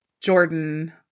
Jordan